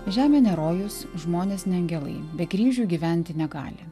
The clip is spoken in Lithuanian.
žemė ne rojus žmonės ne angelai be kryžių gyventi negali